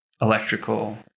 electrical